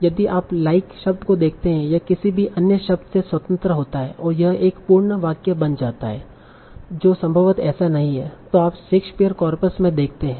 यदि आप लाइक शब्द को देखते हैं यह किसी भी अन्य शब्द से स्वतंत्र होता है और यह एक पूर्ण वाक्य बन जाता है जो संभवतः ऐसा नहीं है जो आप शेक्सपियर कार्पस में देखते है